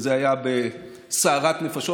זה היה בסערת נפש.